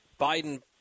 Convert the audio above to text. Biden